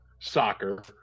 soccer